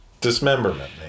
Dismemberment